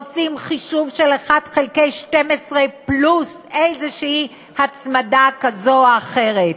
עושים חישוב של 1 חלקי 12 פלוס איזו הצמדה כזו או אחרת?